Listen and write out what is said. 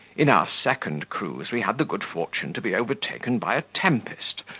in our second cruise we had the good fortune to be overtaken by a tempest,